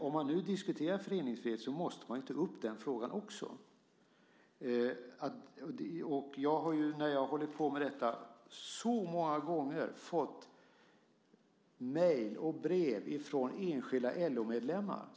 Om man nu diskuterar föreningsfrihet så måste man ta upp den frågan också. När jag har hållit på med detta har jag så många gånger fått mejl och brev från enskilda LO-medlemmar.